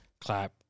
clap